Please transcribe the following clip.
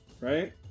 right